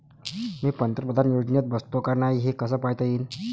मी पंतप्रधान योजनेत बसतो का नाय, हे कस पायता येईन?